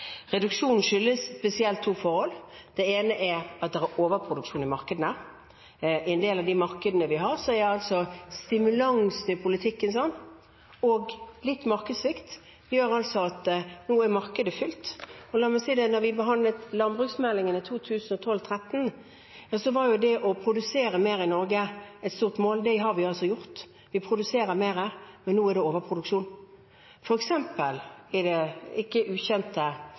overproduksjon i markedene. I en del av de markedene vi har, er altså stimulansen i politikken sånn, og litt markedssvikt gjør at nå er markedet fylt. La meg si at da vi behandlet landbruksmeldingen i 2012, var det å produsere mer i Norge et stort mål. Det har vi gjort – vi produserer mer, men nå er det overproduksjon, f.eks. i det ikke ukjente